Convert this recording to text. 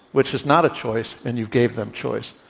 which is not a choice, and you gave them choice.